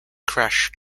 crash